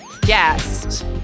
guest